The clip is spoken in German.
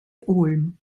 ulm